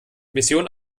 mission